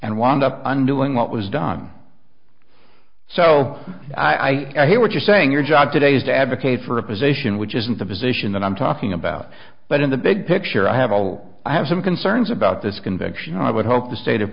and wound up undoing what was done so i hear what you're saying your job today is to advocate for a position which isn't the position that i'm talking about but in the big picture i have all i have some concerns about this conviction i would hope the state of